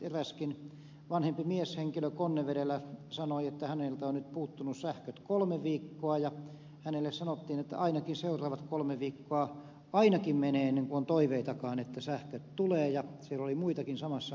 eräskin vanhempi mieshenkilö konnevedellä sanoi että häneltä on nyt puuttunut sähköt kolme viikkoa ja hänelle sanottiin että seuraavat kolme viikkoa ainakin menee ennen kuin on toiveitakaan että sähköt tulevat ja siellä oli muitakin samassa asemassa